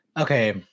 Okay